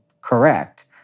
correct